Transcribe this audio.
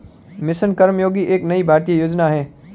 mission Karmayogi एक नई भारतीय योजना है